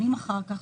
שנים אחר כך,